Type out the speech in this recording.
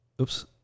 Oops